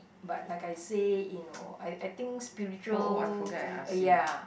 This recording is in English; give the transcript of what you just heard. but like I say you know I I think spiritual r~ ya